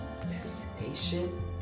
destination